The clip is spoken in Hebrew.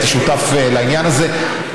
והייתי שותף לעניין הזה,